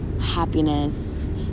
happiness